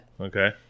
Okay